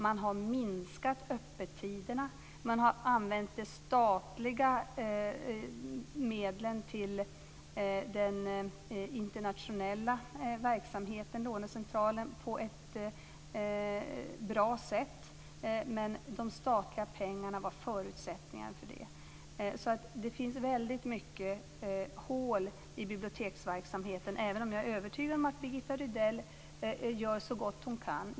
Man har minskat öppettiderna. Man har använt de statliga medlen till den internationella verksamheten och lånecentralen på ett bra sätt, vilket de statliga pengarna var en förutsättning för. Det finns väldigt många hål i biblioteksverksamheten, även om jag är övertygad om att Birgitta Rydell gör så gott hon kan.